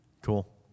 Cool